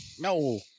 no